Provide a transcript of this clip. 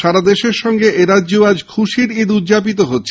সারা দেশের সঙ্গে এরাজ্যেও আজ খুশীর ঈদ উদযাপিত হচ্ছে